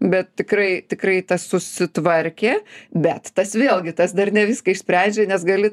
bet tikrai tikrai tas susitvarkė bet tas vėlgi tas dar ne viską išsprendžia nes gali